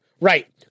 right